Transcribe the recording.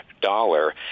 dollar